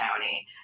county